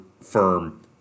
firm